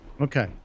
okay